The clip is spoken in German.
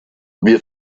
wir